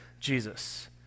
Jesus